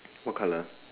what colour